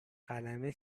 قلمه